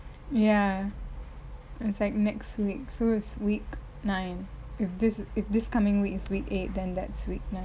ya it's like next week so it's week nine if this if this coming week is week eight then that's week nine